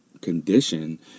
condition